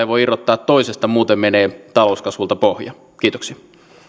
voi irrottaa toisesta muuten menee talouskasvulta pohja kiitoksia